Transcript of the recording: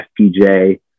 fpj